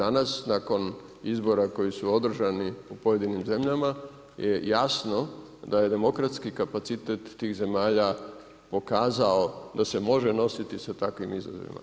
I danas nakon izbora koji su održani u pojedinim zemljama je jasno da je demokratski kapacitet tih zemalja pokazao da se može nositi sa takvim izazovima.